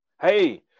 Hey